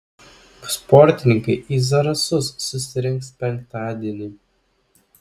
sportininkai į zarasus susirinks penktadienį